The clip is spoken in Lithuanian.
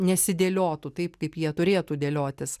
nesidėliotų taip kaip jie turėtų dėliotis